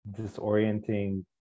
disorienting